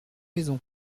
maisons